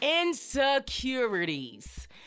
insecurities